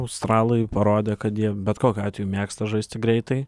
australai parodė kad jie bet kokiu atveju mėgsta žaisti greitai